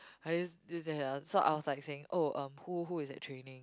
so I was like saying oh um who who is at training